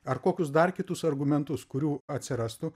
ar kokius dar kitus argumentus kurių atsirastų